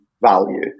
value